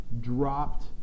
dropped